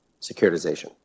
securitization